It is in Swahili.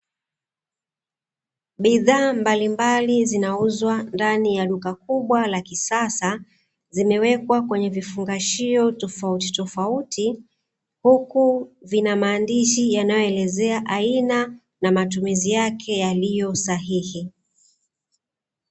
Bidhaa mbalimbali zinauzwa ndani ya duka kubwa la kisasa, vimewekwa kwenye vifungashio tofauti tofauti, huku vina maandishi yanayoelezea aina na matumizi yake yaliyo sahihi.